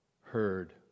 heard